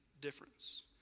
difference